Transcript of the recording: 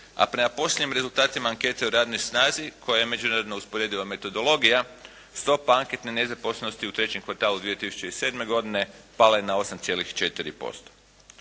a prema posljednjim rezultatima ankete o radnoj snazi koja je međunarodno usporediva metodologija stopa anketne nezaposlenosti u trećem kvartalu 2007. godine pala je na 8,4%.